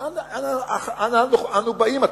ואז אנה אנו באים?